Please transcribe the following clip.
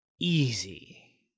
easy